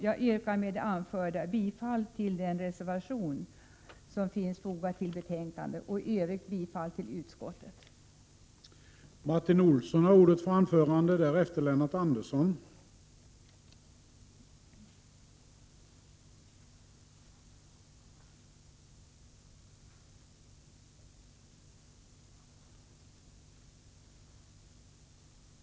Jag yrkar med det anförda bifall till den reservation som är fogad till betänkandet och i övrigt bifall till utskottets hemställan.